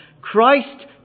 Christ